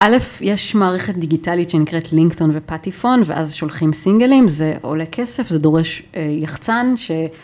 א', יש מערכת דיגיטלית שנקראת לינקטון ופאטיפון ואז שולחים סינגלים, זה עולה כסף, זה דורש יחצן ש...